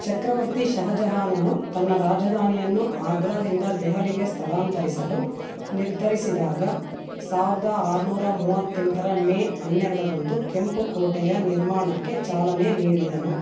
ಚಕ್ರವರ್ತಿ ಷಹಜಹಾನನು ತನ್ನ ರಾಜಧಾನಿಯನ್ನು ಆಗ್ರಾದಿಂದ ದೆಹಲಿಗೆ ಸ್ಥಳಾಂತರಿಸಲು ನಿರ್ಧರಿಸಿದಾಗ ಸಾವಿರ್ದ ಆರು ನೂರಾ ಮೂವತ್ತೆಂಟರ ಮೇ ಹನ್ನೆರಡರಂದು ಕೆಂಪು ಕೋಟೆಯ ನಿರ್ಮಾಣಕ್ಕೆ ಚಾಲನೆ ನೀಡಿದನು